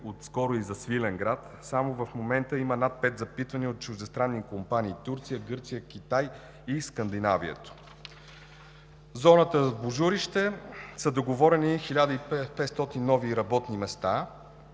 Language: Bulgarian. отскоро и за Свиленград. Само в момента има над пет запитвания от чуждестранни компании – Турция, Гърция, Китай и Скандинавието. Зоната Божурище – договорени са 1500 нови работни места.